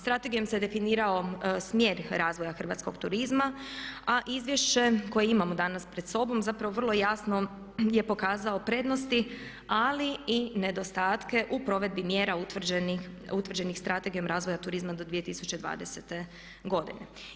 Strategijom se definirao smjer razvoja hrvatskog turizma a izvješće koje imamo danas pred sobom zapravo vrlo jasno je pokazalo prednosti ali i nedostatke u provedbi mjera utvrđenih Strategijom razvoja turizma od 2020. godine.